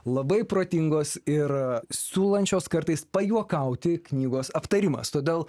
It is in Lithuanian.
labai protingos ir siūlančios kartais pajuokauti knygos aptarimas todėl